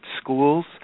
schools